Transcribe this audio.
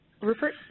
Rupert